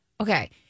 okay